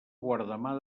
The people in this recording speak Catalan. guardamar